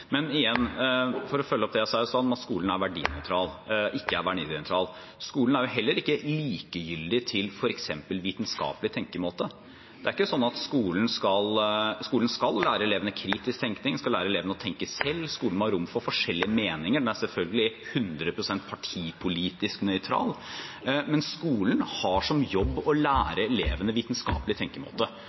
men igjen, for å følge opp det jeg sa i stad med at skolen ikke er verdinøytral: Skolen er jo heller ikke likegyldig til f.eks. vitenskapelig tenkemåte. Skolen skal lære elevene kritisk tenkning, den skal lære elevene å tenke selv, skolen må ha rom for forskjellige meninger, den er selvfølgelig 100 pst. partipolitisk nøytral, men skolen har som jobb å lære elevene vitenskapelig tenkemåte.